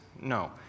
no